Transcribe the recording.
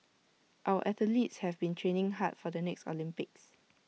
our athletes have been training hard for the next Olympics